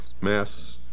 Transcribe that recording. mass